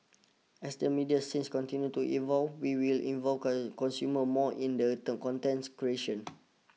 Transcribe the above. as the media scenes continue to evolve we will involve consumer more in the contents creation